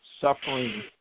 suffering